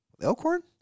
Elkhorn